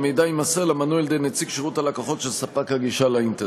המידע יימסר למנוי על-ידי נציג שירות הלקוחות של ספק הגישה לאינטרנט.